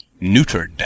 neutered